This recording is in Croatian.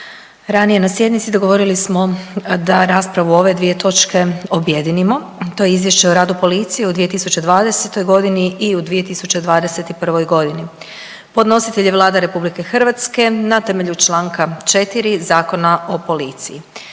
Ranije na sjednici dogovorili smo da raspravu o ove dvije točke objedinimo i to je: - Izvješće o radu policije u 2020. godini i - Izvješće o radu policije u 2021. godini Podnositelj je Vlada RH na temelju Članka 4. Zakona o policiji.